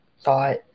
thought